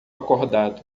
acordado